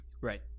Right